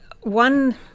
one